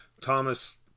Thomas